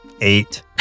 Eight